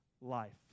life